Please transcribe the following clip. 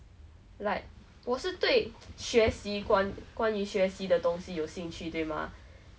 like ask me to go general office to take like my phone then I don't want 真的打给打电话 lah then I thought like